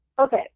Okay